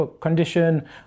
condition